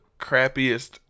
crappiest